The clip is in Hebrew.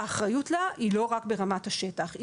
האחריות לה לא רק ברמת השטח,